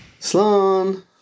Slon